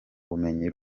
bumenyi